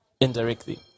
indirectly